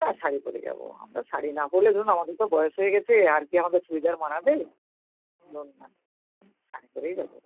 না শাড়ি পরে যাবো আমরা শাড়ি না পরলে ধরুন আমাদের তো বয়স হয়ে গেছে আর কী আমাদের চুড়িদার মানাবে ভালো হবে না হুম শাড়ি পরেই যাবো